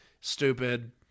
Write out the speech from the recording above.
stupid